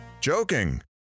Joking